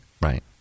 Right